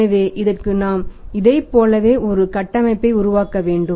எனவே இதற்கு நாம் இதைப் போலவே ஒரு கட்டமைப்பை உருவாக்க வேண்டும்